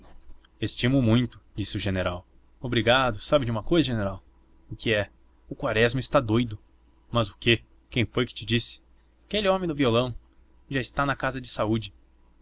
estimo muito disse o general obrigado sabe de uma cousa general o que é o quaresma está doido mas o quê quem foi que te disse aquele homem do violão já está na casa de saúde